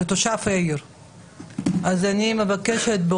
אני מבקשת.